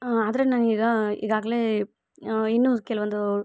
ಹಾಂ ಆದರೆ ನನಗೆ ಈಗಾಗಲೇ ಇನ್ನೂ ಕೆಲವೊಂದು